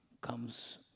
comes